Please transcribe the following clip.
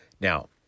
Now